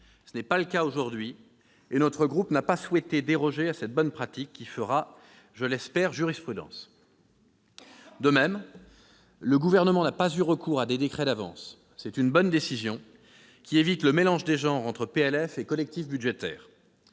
Ce n'est pas le cas aujourd'hui, et notre groupe n'a pas souhaité déroger à cette bonne pratique, qui fera, je l'espère, jurisprudence. De même, le Gouvernement n'a pas eu recours à des décrets d'avance. C'est une bonne décision, qui évite le mélange des genres entre projet de loi de